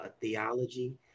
theology